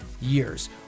years